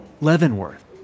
Leavenworth